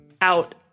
out